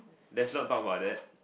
let's not talk about that